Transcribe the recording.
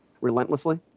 relentlessly